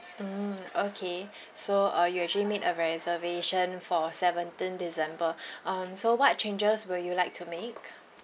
mm okay so uh you actually made a reservation for seventeen december um so what changes will you like to make